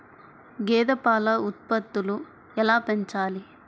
గేదె పాల ఉత్పత్తులు ఎలా పెంచాలి?